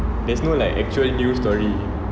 there's no like actual new story